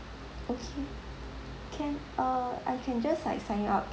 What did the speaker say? okay can uh I can just like sign you up